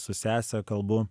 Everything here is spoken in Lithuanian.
su sese kalbu